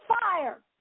fire